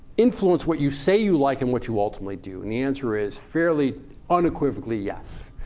influence what you say you like and what you ultimately do? and the answer is fairly unequivocally yes.